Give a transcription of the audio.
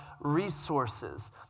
resources